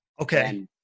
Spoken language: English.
Okay